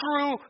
true